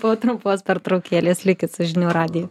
po trumpos pertraukėlės likit su žinių radiju